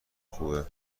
خوبه